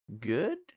good